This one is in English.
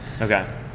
Okay